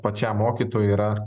pačiam mokytojui yra